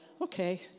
okay